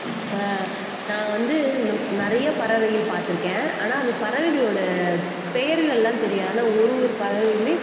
நான் வந்து இந்த நிறைய பறவைகள் பார்த்துருக்கேன் ஆனால் அந்த பறவைகளோடய பெயர்களெல்லாம் தெரியாது ஆனால் ஒரு ஒரு பறவையுமே